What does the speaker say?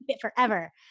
forever